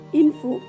info